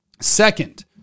Second